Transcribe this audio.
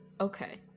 Okay